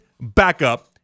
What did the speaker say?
backup